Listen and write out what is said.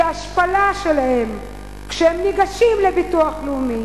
כי ההשפלה שלהם כשהם ניגשים לביטוח לאומי